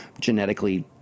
genetically